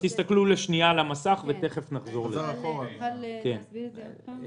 אתה יכול להסביר את זה שוב, בבקשה?